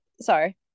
sorry